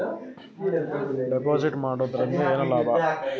Deposit ಮಾಡುದರಿಂದ ಏನು ಲಾಭ?